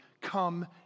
come